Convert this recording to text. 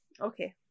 Okay